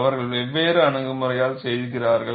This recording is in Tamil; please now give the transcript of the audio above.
அவர்கள் வெவ்வேறு அணுகுமுறைகளால் செய்கிறார்கள்